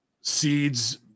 seeds